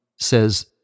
says